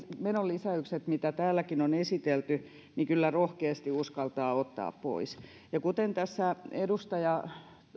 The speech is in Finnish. menolisäykset mitä täälläkin on esitelty rohkeasti uskaltaa ottaa pois kuten tässä edustaja